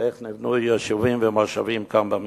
ואיך נבנו יישובים ומושבים כאן במדינה.